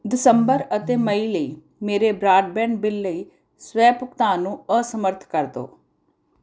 ਦਸੰਬਰ ਅਤੇ ਮਈ ਲਈ ਮੇਰੇ ਬਰਾਡਬੈਂਡ ਬਿੱਲ ਲਈ ਸਵੈ ਭੁਗਤਾਨ ਨੂੰ ਅਸਮਰੱਥ ਕਰ ਦੋ